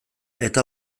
eta